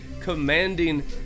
commanding